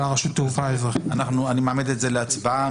אני מעמיד את זה להצבעה.